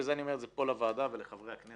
וזה אני אומר את זה פה לוועדה ולחברי הכנסת,